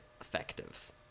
effective